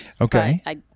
Okay